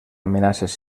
amenaces